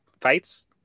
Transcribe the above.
fights